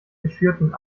geschürten